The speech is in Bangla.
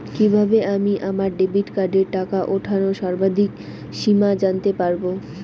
কিভাবে আমি আমার ডেবিট কার্ডের টাকা ওঠানোর সর্বাধিক সীমা জানতে পারব?